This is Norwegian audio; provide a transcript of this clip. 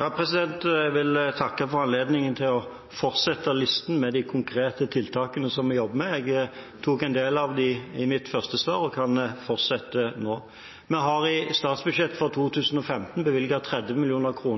Jeg vil takke for anledningen til å fortsette listen med de konkrete tiltakene som vi jobber med. Jeg tok en del av dem i mitt første svar og kan fortsette nå. Vi har i statsbudsjettet for 2015 bevilget 30 mill. kr